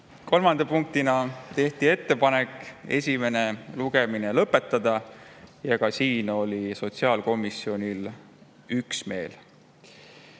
Kolmanda punktina tehti ettepanek esimene lugemine lõpetada ja ka siin oli sotsiaalkomisjonis üksmeel.